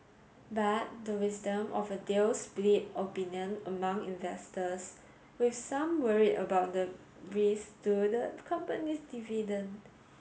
but the wisdom of a deal split opinion among investors with some worried about the risk to the company's dividend